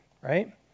right